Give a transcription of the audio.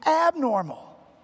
abnormal